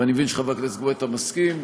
אני מבין שחבר הכנסת גואטה מסכים,